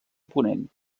ponent